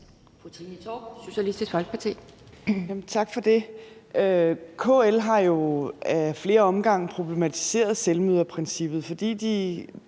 Tak for det. KL har jo ad flere omgange problematiseret selvmøderprincippet, fordi de